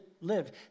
live